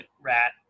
rat